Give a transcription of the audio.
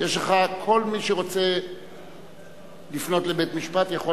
כל מי שרוצה לפנות לבית-משפט יכול,